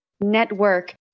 Network